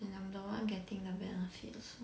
and I'm the one getting the benefits also